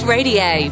Radio